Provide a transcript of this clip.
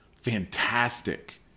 fantastic